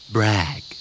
Brag